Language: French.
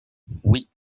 oui